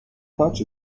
clutch